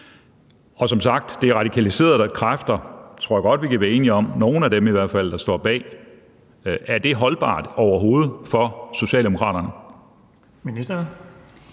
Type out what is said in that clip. Og som sagt er det radikaliserede kræfter – det tror jeg godt vi kan være enige om – i hvert fald nogle af dem, der står bag. Er det overhovedet holdbart for Socialdemokraterne?